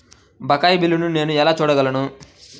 బకాయి బిల్లును నేను ఎలా చూడగలను?